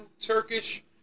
Turkish